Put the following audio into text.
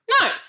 no